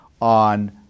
on